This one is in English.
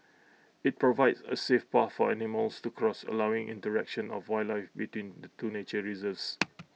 IT provides A safe path for animals to cross allowing interaction of wildlife between the two nature reserves